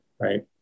Right